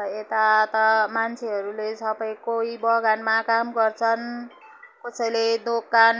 अन्त यता त मान्छेहरूले सबै कोही बगानमा काम गर्छन् कसैले दोकान